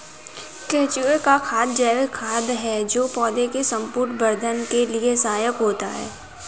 केंचुए का खाद जैविक खाद है जो पौधे के संपूर्ण वर्धन के लिए सहायक होता है